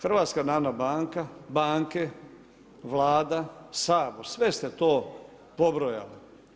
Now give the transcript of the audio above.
HNB, banke, Vlada, Sabor, sve ste to pobrojali.